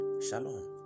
Shalom